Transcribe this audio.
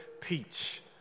peach